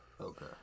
Okay